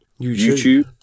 YouTube